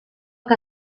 que